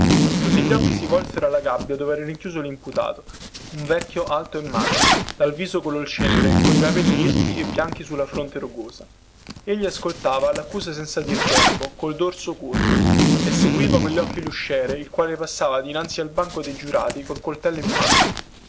tutti gli occhi si volsero alla gabbia dovera rinchiuso limputato un vecchio alto e magro dal viso color di cenere coi capelli irti e bianchi sulla fronte rugosa egli ascoltava laccusa senza dir verbo col dorso curvo e seguiva cogli occhi lusciere il quale passava dinanzi al banco dei giurati col coltello in mano